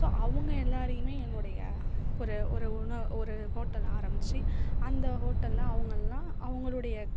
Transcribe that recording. so அவங்க எல்லோரையுமே என்னோடைய ஒரு ஒரு உண ஒரு ஹோட்டல் ஆரம்பிச்சு அந்த ஹோட்டலில் அவங்கள்லாம் அவங்களுடைய